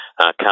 come